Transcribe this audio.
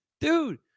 Dude